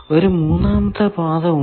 ഒരു മൂന്നാമത്തെ പാത ഉണ്ടോ